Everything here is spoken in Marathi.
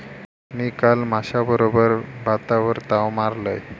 मी काल माश्याबरोबर भातावर ताव मारलंय